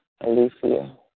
Alicia